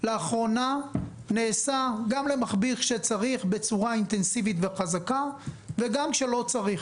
לאחרונה נעשה גם למכביר כשצריך בצורה אינטנסיבית וחזקה וגם כשלא צריך,